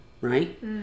Right